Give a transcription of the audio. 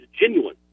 genuine